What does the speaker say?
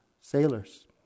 sailors